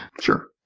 Sure